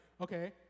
okay